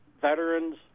veterans